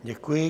Děkuji.